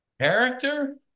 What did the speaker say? Character